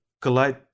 collide